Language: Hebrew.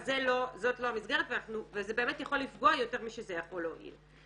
אבל זאת לא המסגרת וזה באמת יכול לפגוע יותר משזה יכול להועיל.